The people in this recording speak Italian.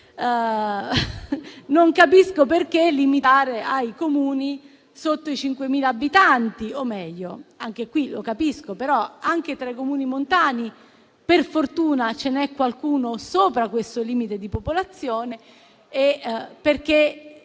Non capisco perché limitare ai Comuni sotto i 5.000 abitanti (o, meglio, anche qui lo capisco). Anche tra i Comuni montani, per fortuna, ce n'è qualcuno sopra questo limite di popolazione; perché